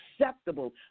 acceptable